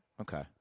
Okay